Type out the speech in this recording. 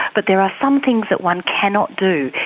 but there are some things that one cannot do,